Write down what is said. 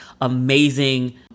amazing